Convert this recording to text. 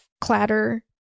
clatter